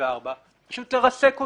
ופשוט לרסק אותו.